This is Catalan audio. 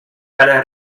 cara